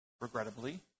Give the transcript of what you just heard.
regrettably